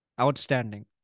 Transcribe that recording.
Outstanding